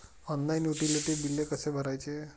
Online utility बिले कसे भरायचे?